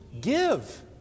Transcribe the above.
give